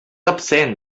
absent